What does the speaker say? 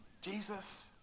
Jesus